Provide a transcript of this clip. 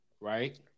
Right